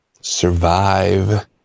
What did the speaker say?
survive